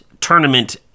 Tournament